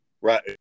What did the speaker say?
Right